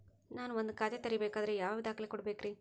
ನಾನ ಒಂದ್ ಖಾತೆ ತೆರಿಬೇಕಾದ್ರೆ ಯಾವ್ಯಾವ ದಾಖಲೆ ಕೊಡ್ಬೇಕ್ರಿ?